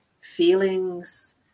feelings